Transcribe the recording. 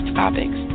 topics